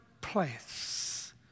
place